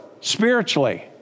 spiritually